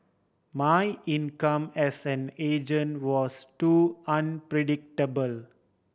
my income as an agent was too unpredictable